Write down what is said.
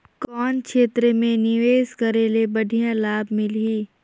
कौन क्षेत्र मे निवेश करे ले बढ़िया लाभ मिलही?